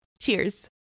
Cheers